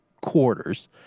quarters